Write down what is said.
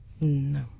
no